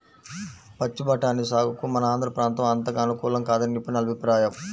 పచ్చి బఠానీ సాగుకు మన ఆంధ్ర ప్రాంతం అంతగా అనుకూలం కాదని నిపుణుల అభిప్రాయం